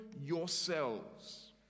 yourselves